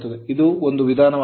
ಇದು ಒಂದು ವಿಧಾನವಾಗಿದೆ